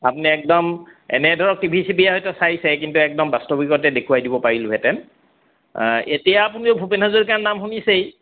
আপুনি একদম এনে ধৰক টিভি চিভিয়ে হয়টো চাইছে কিন্তু একদম বাস্তৱিকতে দেখুৱাই দিব পাৰিলোঁহেতেন এতিয়া আপুনি ভূপেন হাজৰিকাৰ নাম শুনিছেই